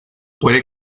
puede